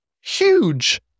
huge